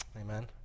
Amen